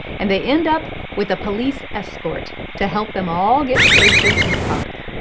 and they end up with a police escort to help them all get safely to the park.